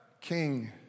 King